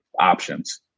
options